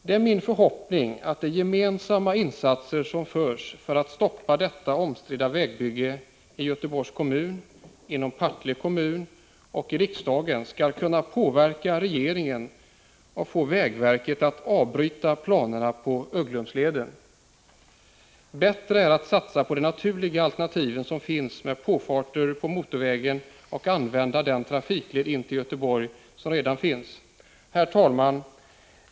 Det är min förhoppning att de gemensamma insatser som görs i Göteborgs kommun, inom Partille kommun och i riksdagen för att stoppa detta omstridda vägbygge skall kunna påverka regeringen och få vägverket att avbryta planerna på Ugglumsleden. Bättre är att satsa på de naturliga alternativ som finns med påfarter på motorvägen och att använda den trafikled intill Göteborg som redan finns. Herr talman!